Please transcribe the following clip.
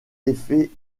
effet